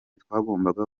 twagombaga